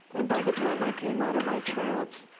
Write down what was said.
and by the time i came out of my trance,